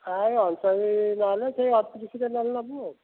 ହଁ ସବୁ ନହେଲେ ସେହି ଅଢ଼ତିରିଶରେ ନହେଲେ ନେବୁ ଆଉ